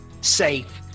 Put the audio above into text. safe